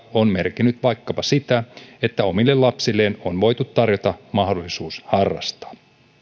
on merkinnyt vaikkapa sitä että omille lapsilleen on voinut tarjota mahdollisuuden harrastaa